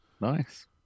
Nice